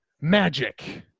magic